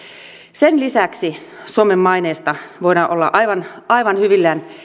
sen lisäksi suomen maineesta voidaan olla aivan aivan hyvillään